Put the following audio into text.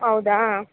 ಹೌದಾ